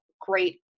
great